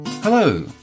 Hello